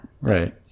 right